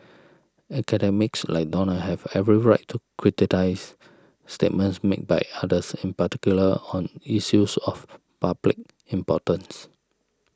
academics like Donald have every right to criticise statements made by others in particular on issues of public importance